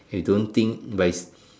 you don't think but it's